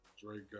Drake